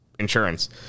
insurance